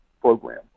program